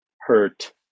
hurt